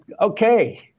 okay